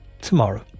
tomorrow